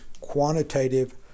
quantitative